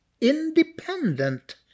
independent